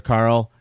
Carl